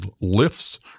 lifts